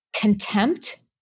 contempt